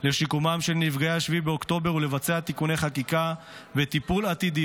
לשיקומם של נפגעי 7 באוקטובר ולבצע תיקוני חקיקה וטיפול עתידי